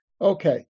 Okay